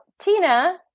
Tina